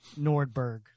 Nordberg